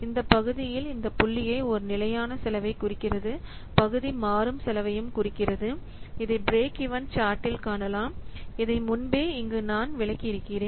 இந்த பகுதியில் இந்தப் புள்ளியை ஒரு நிலையான செலவை குறிக்கிறது பகுதி மாறும் செலவையும் குறிக்கிறது இதை பிரேக் ஈவன் சாட்டில் break even chart காணலாம் இதை முன்பே இங்கு நான் விளக்கியிருக்கிறேன்